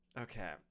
Okay